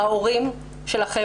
ההורים של החמ"ד,